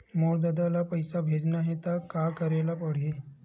मोर ददा ल पईसा भेजना हे त का करे ल पड़हि?